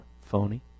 Phony